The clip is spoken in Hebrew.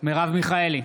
מרב מיכאלי,